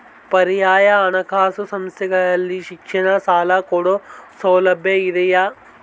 ಪರ್ಯಾಯ ಹಣಕಾಸು ಸಂಸ್ಥೆಗಳಲ್ಲಿ ಶಿಕ್ಷಣ ಸಾಲ ಕೊಡೋ ಸೌಲಭ್ಯ ಇದಿಯಾ?